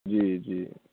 जी जी